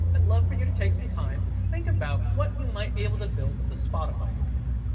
i'd love for you to take some time, and think about what you might be able to build with the spotify api.